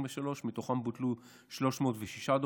ומתוכם בוטלו 306 דוחות,